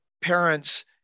parents